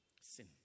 sin